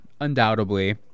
undoubtedly